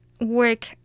work